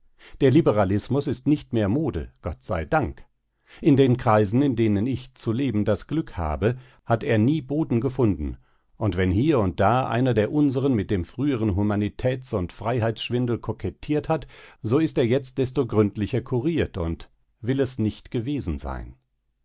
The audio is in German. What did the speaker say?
der liberalismus ist nicht mehr mode gott sei dank in den kreisen in denen ich zu leben das glück habe hat er nie boden gefunden und wenn hier und da einer der unseren mit dem früheren humanitäts und freiheitsschwindel kokettiert hat so ist er jetzt desto gründlicher kuriert und will es nicht gewesen sein